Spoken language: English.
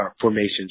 formations